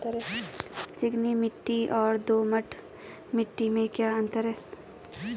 चिकनी मिट्टी और दोमट मिट्टी में क्या अंतर है?